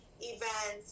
events